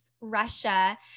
Russia